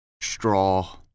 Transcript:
straw